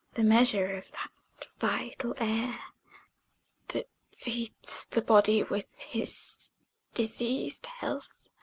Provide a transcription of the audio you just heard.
the measure of that vital air that feeds the body with his dated health,